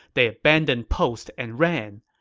they abandoned post and ran.